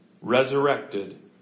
resurrected